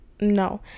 no